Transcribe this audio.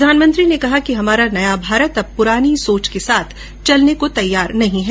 प्रधानमंत्री ने कहा कि हमारा नया भारत अब पुरानी सोच के साथ चलने को तैयार नहीं है